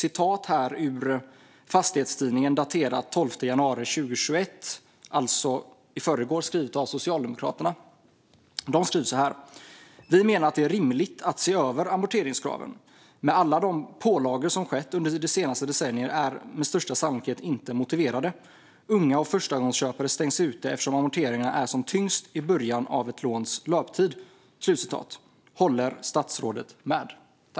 I Fastighetstidningen den 12 januari 2021 skriver Socialdemokraterna: Vi menar att det är rimligt att se över amorteringskraven. Men alla de pålagor som skett under det senaste decenniet är med största sannolikhet inte motiverade. Unga och förstagångsköpare stängs ute eftersom amorteringarna är som tyngst i början av ett låns löptid. Håller statsrådet med om detta?